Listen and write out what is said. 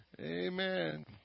Amen